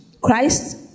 Christ